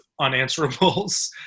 unanswerables